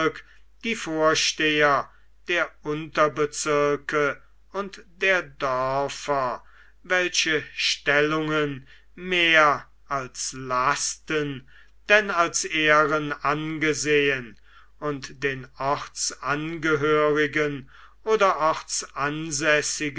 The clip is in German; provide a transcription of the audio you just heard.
die vorsteher der unterbezirke und der dörfer welche stellungen mehr als lasten denn als ehren angesehen und den ortsangehörigen oder